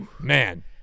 man